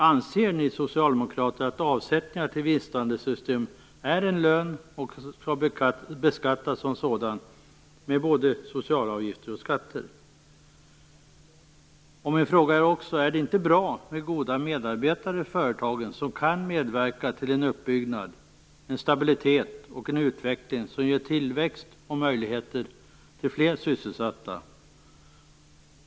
Anser ni socialdemokrater att avsättningar till vinstandelssystem är en lön och att de skall beskattas som en sådan? Det gäller då både socialavgifter och skatter. Är det inte bra med goda medarbetare i företagen som kan medverka till en uppbyggnad, en stabilitet och en utveckling som ger tillväxt och möjligheter till fler sysselsatta?